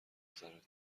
نظرت